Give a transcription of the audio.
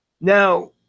Now